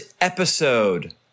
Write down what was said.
episode